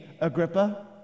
agrippa